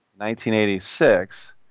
1986